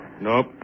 Nope